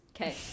Okay